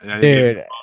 dude